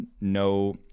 no